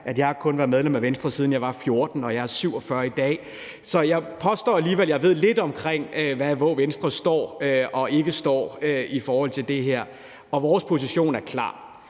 at jeg kun været medlem af Venstre, siden jeg var 14 år – og jeg er 47 år i dag – men jeg påstår alligevel, at jeg ved lidt om, hvor Venstre står og ikke står i forhold til det her. Vores position er klar.